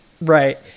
Right